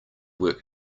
work